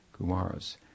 Kumaras